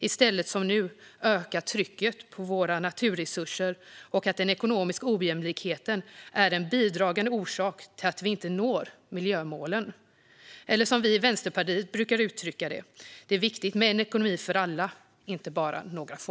Nu ökar den i stället trycket på våra naturresurser, och den ekonomiska ojämlikheten är en bidragande orsak till att vi inte når miljömålen. Eller som vi i Vänsterpartiet brukar uttrycka det: Det är viktigt med en ekonomi för alla, inte bara för några få.